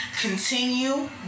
Continue